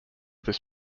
this